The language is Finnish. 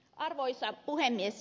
arvoisa puhemies